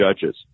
judges